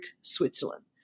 Switzerland